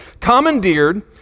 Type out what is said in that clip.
commandeered